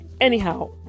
Anyhow